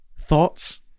thoughts